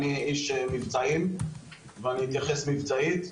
אני איש מבצעים ואני אתייחס מבצעית.